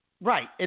Right